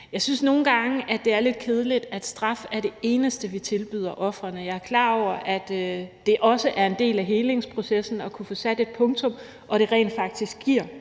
Jeg synes nogle gange, at det er lidt kedeligt, at straf er det eneste, vi tilbyder ofrene. Jeg er klar over, at det også er en del af helingsprocessen at kunne få sat et punktum, og at det rent faktisk giver